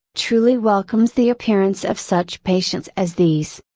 truly welcomes the appearance of such patients as these.